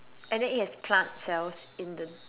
and then it has plant cells in the